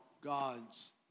God's